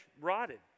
rotted